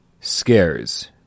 scares